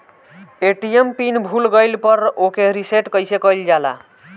ATM pin भूल गईल पर ओके रीसेट कइसे कइल जाला?